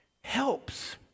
Helps